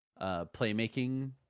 playmaking